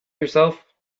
yourself